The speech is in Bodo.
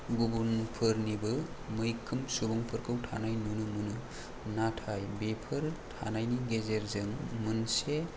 गुबुनफोरनिबो मैखोम सुबुंफोरखौ थानाय नुनो मोनो नाथाय बेफोर थानायनि गेजेरजों मोनसे